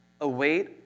Await